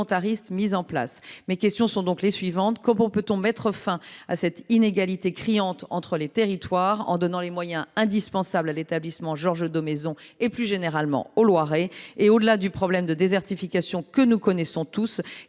mises en place. Mes questions sont donc les suivantes. Comment peut on mettre fin à cette inégalité criante entre les territoires, en donnant les moyens indispensables à l’établissement Georges Daumézon et, plus généralement, au Loiret ? Au delà du problème de désertification que nous connaissons tous,